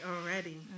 Already